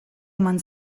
eman